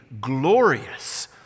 glorious